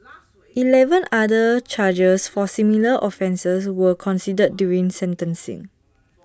Eleven other charges for similar offences were considered during sentencing